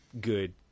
good